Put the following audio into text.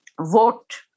vote